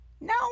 No